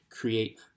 create